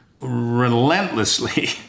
relentlessly